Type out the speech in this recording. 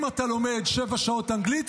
אם אתה לומד שבע שעות אנגלית,